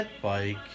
bike